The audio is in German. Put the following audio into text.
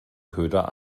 köder